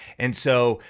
and so,